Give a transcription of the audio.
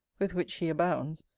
with which he abounds,